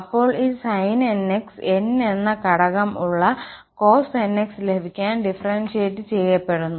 അപ്പോൾ ഈ sinnx n എന്ന എന്ന ഘടകം ഉള്ള cosnx ലഭിക്കാൻ ഡിഫറന്സിയേറ്റ് ചെയ്യപ്പെടുന്നു